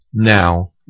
Now